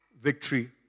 victory